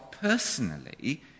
personally